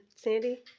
sandy?